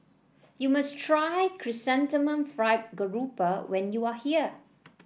you must try Chrysanthemum Fried Garoupa when you are here